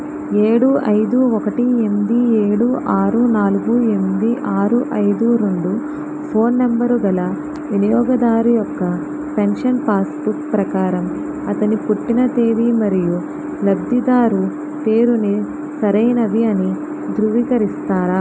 ఏడు ఐదు ఒకటి ఎంది ఏడు ఆరు నాలుగు ఎంది ఆరు ఐదు రెండు ఫోన్ నంబరు గల వినియోగదారి యొక్క పెన్షన్ పాస్బుక్ ప్రకారం అతని పుట్టిన తేది మరియు లబ్ధిదారు పేరుని సరైనవి అని ధృవీకరిస్తారా